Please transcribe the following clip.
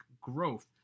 growth